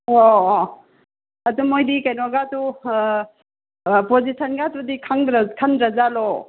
ꯑꯣ ꯑꯣ ꯑꯣ ꯑꯣ ꯑꯗꯨ ꯃꯣꯏꯗꯤ ꯀꯩꯅꯣꯒꯥꯗꯨ ꯄꯣꯖꯤꯁꯟꯒꯥꯗꯨꯗꯤ ꯈꯪꯗ꯭ꯔꯥ ꯈꯪꯗ꯭ꯔꯖꯥꯠꯂꯣ